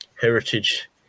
heritage